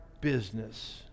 business